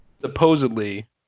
supposedly